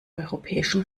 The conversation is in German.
europäischen